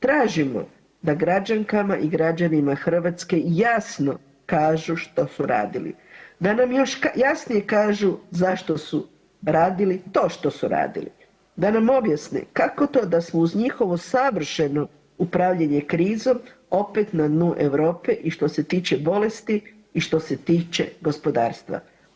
Tražimo da građankama i građanima Hrvatske jasno kažu što su radili, da nam još jasnije kažu zašto su radili to što su radili, da nam objasne kako to da smo uz njihovo savršeno upravljanje krizom opet na dnu Europe i što se tiče bolesti i što se tiče gospodarstva.